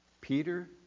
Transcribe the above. Peter